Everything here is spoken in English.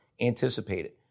anticipated